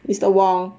mister wong